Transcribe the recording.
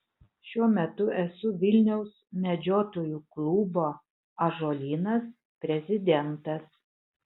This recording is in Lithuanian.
šiuo metu esu vilniaus medžiotojų klubo ąžuolynas prezidentas